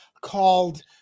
called